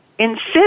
insist